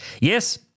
Yes